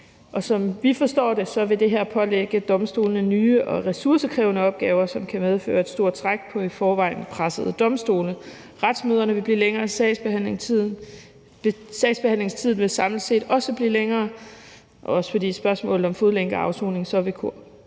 som vi forstår det, vil det her pålægge domstolene nye og ressourcekrævende opgaver, som kan medføre et stort træk på de i forvejen pressede domstole. Retsmøderne vil blive længere, og sagsbehandlingstiden vil samlet set også blive længere, også fordi spørgsmålet om fodlænkeafsoning vil kunne